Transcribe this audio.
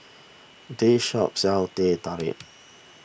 this shop sells Teh Tarik